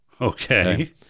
Okay